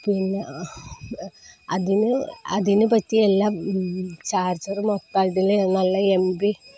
പിന്നെ അതിന് അതിനു പറ്റിയ എല്ലാം ചാർജര് ഒക്കെ അതില് നല്ല എം ബി